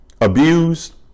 abused